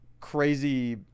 crazy